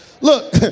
Look